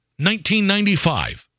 1995